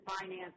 finance